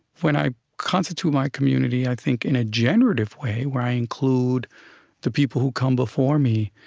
when i constitute my community, i think in a generative way, where i include the people who come before me,